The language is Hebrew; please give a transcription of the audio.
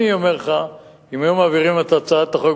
אני אומר לך: אם היו מעבירים את הצעת החוק